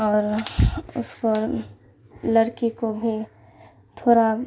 اور اس پر لڑکی کو بھی تھوڑا